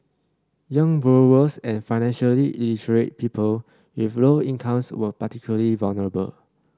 young borrowers and financially illiterate people with low incomes were particularly vulnerable